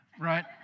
Right